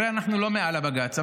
הרי אנחנו לא מעל הבג"ץ.